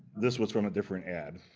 this was from a different ad.